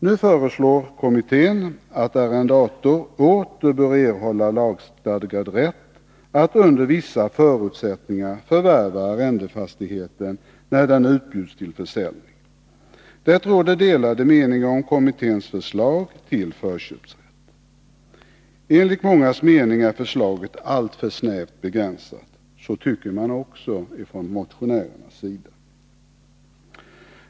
Nu föreslår kommittén att arrendator åter bör erhålla lagstadgad rätt att under vissa förutsättningar förvärva arrendefastigheten när den utbjuds till försäljning. Det råder delade meningar om kommitténs förslag till förköpsrätt. Enligt mångas mening är förslaget alltför snävt begränsat. Så tycker också motionärerna.